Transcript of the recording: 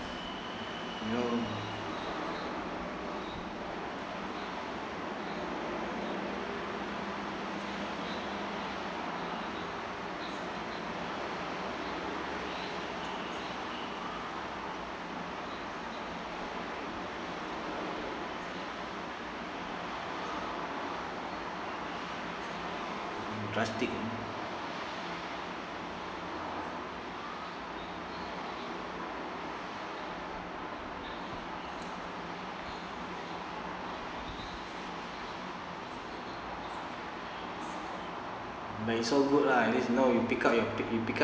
you know drastic but it's so good right at least you know you pick up you you pick up